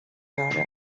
داره